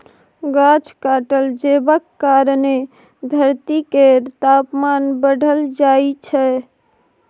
गाछ काटल जेबाक कारणेँ धरती केर तापमान बढ़ल जाइ छै